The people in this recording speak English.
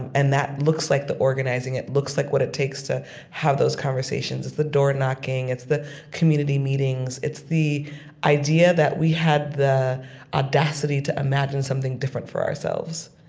and that looks like the organizing. it looks like what it takes to have those conversations. it's the door-knocking. it's the community meetings. it's the idea that we had the audacity to imagine something different for ourselves